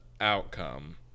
outcome